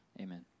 Amen